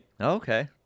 Okay